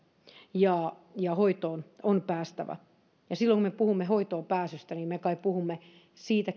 ja ja hoitoon on päästävä silloin kun me puhumme hoitoon pääsystä niin me kai puhumme siitä